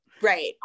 Right